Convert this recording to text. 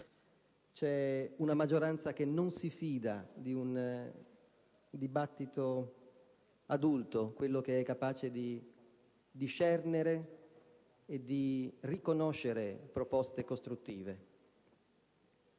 C'è una maggioranza che non si fida di un dibattito adulto, capace di discernere e di riconoscere proposte costruttive.